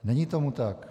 Není tomu tak.